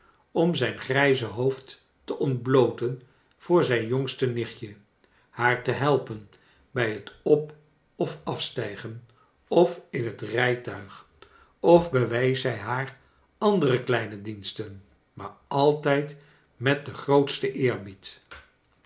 om zijn grijze hoofd te ontblooten voor zijn jongste nichtje haar te helpen bij het op of afstijgen of in het rijtuig of bewees hij haar andere kleine diensten maar altijd met den grootsten eerbied